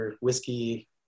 whiskey